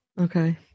Okay